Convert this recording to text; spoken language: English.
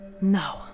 No